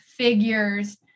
figures